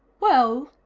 well,